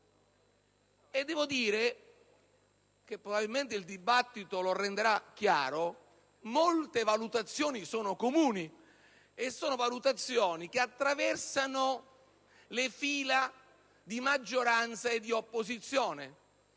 Devo dire che ‑ probabilmente il dibattito lo renderà chiaro - molte valutazioni sono comuni e attraversano le fila di maggioranza e di opposizione